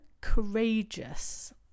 courageous